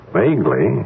vaguely